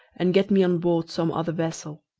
and get me on board some other vessel.